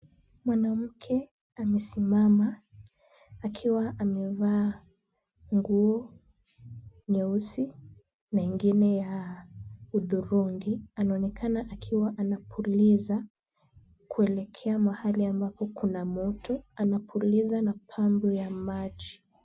Mwanamke amesimama akiwa amevaa nguo nyeusi na ingine ya hudhurungi. Anaonekana akiwa anapuliza kuelekea mahali ambapo kuna moto. Anapuliza na pampu ya maji.